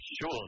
sure